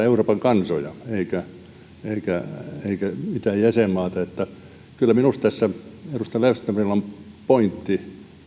euroopan kansoja eivätkä eivätkä mitään jäsenmaata kyllä minusta edustaja löfströmillä ja ahvenanmaalla on pointti